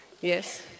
Yes